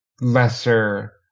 lesser